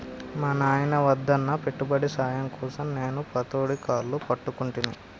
మా నాయిన వద్దన్నా పెట్టుబడి సాయం కోసం నేను పతోడి కాళ్లు పట్టుకుంటిని